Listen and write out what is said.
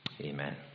Amen